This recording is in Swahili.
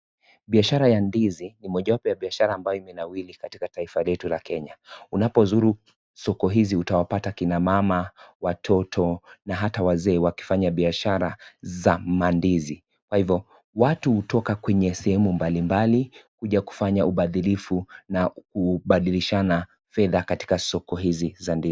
Biashara ya ndizi ni mmojawapo ya biashara ambayo imenawiri katika taifa letu la Kenya. Unapozuru soko hizi utawapata kina mama, watoto na hata wazee wakifanya biashara za mandizi. Kwa hivo, watu hutoka kwenye sehemu mbali mbali kuja kufanya ubadilifu na kubadilishana fedha katika soko hizi za ndizi.